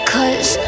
Cause